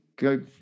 go